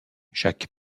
chaque